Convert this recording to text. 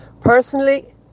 Personally